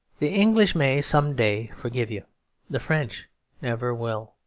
the english may some day forgive you the french never will.